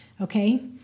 Okay